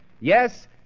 Yes